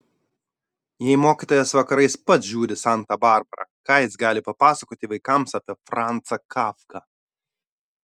jei mokytojas vakarais pats žiūri santą barbarą ką jis gali papasakoti vaikams apie franzą kafką